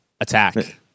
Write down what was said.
attack